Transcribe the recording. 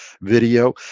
video